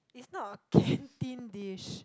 it's not a canteen dish